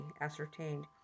ascertained